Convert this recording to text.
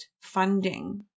funding